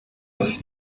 dass